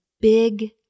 big